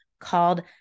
called